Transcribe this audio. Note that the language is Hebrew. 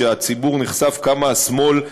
שהציבור נחשף לכמה השמאל,